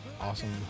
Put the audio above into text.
Awesome